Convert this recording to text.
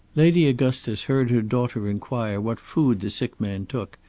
lady augustus heard her daughter inquire what food the sick man took,